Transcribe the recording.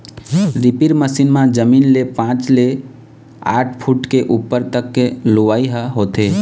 reaper machine म जमीन ले पाँच ले आठ फूट के उप्पर तक के लुवई ह होथे